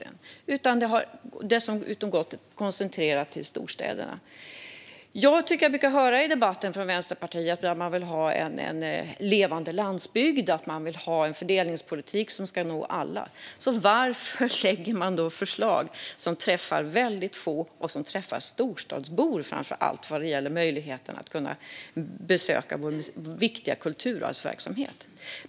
Det har dessutom koncentrerats till storstäderna. Jag tycker att jag brukar höra från Vänsterpartiet i debatten att man vill ha en levande landsbygd och att man vill ha en fördelningspolitik som ska nå alla. Varför lägger man då fram förslag som träffar väldigt få och som framför allt träffar storstadsbor vad gäller möjligheten att besöka vår viktiga kulturarvsverksamhet?